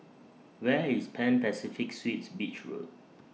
Where IS Pan Pacific Suites Beach Road